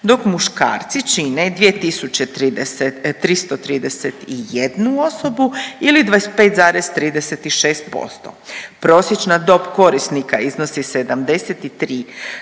dok muškarci čine 2331 osobu ili 25,36%l. Prosječna dob korisnika iznosi 73